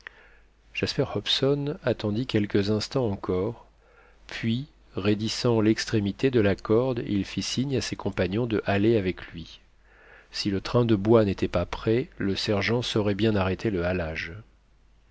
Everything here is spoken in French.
jasper hobson attendit quelques instants encore puis raidissant l'extrémité de la corde il fit signe à ses compagnons de haler avec lui si le train de bois n'était pas prêt le sergent saurait bien arrêter le halage